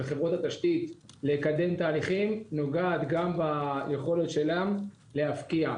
חברות התשתית לקדם תהליכים נוגעת גם ביכולת להפקיע.